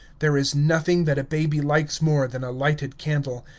there is nothing that a baby likes more than a lighted candle,